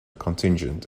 contingent